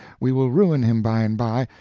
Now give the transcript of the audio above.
we will ruin him by-and-by,